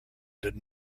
did